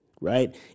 right